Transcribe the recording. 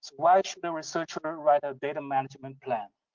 why should the researcher write a data management plan?